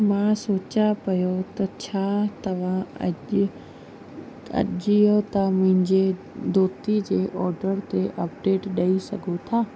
मां सोचियां पियो त छा तव्हां अॼु अजियो तां मुंहिंजे धोती जे ऑडर ते अपडेट ॾेई सघो था